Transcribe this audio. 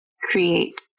create